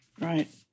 Right